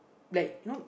like you know